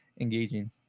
engaging